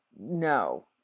no